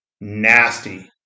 nasty